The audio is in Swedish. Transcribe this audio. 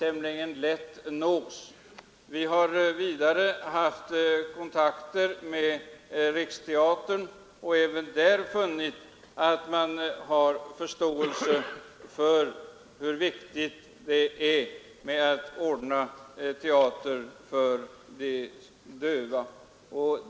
Vidare har vi haft kontakt med Riksteatern, och även där har vi funnit att man har förståelse för hur viktigt det är att ordna teater för de döva.